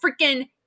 freaking